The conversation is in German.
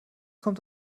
kommt